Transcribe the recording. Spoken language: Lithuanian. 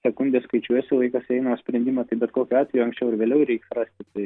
sekundės skaičiuojasi laikas eina o sprendimą tai bet kokiu atveju anksčiau ar vėliau reiks rasti tai